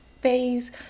phase